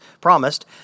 promised